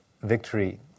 victory